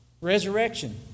Resurrection